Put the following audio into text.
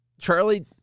Charlie